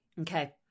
Okay